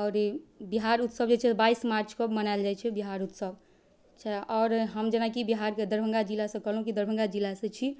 आओर बिहार उत्सव जे छै बाइस मार्चके मनाएल जाइ छै बिहार उत्सव अच्छा आओर हम जे जेनाकि बिहारके दरभङ्गा जिलासँ कहलहुँ कि दरभङ्गा जिलासँ छी